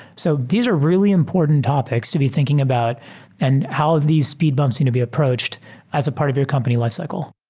so these are really important topics to be thinking about and how these speed bumps going to be approached as a part of your company lifecycle.